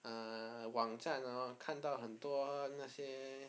ah 网站 hor 看到很多那些